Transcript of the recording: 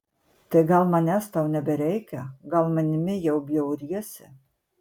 tai gal manęs tau nebereikia gal manimi jau bjauriesi